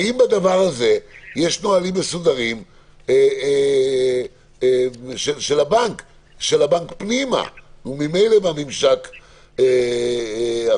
האם בדבר הזה יש נהלים מסודרים של הבנק פנימה וממילא בממשק החוצה?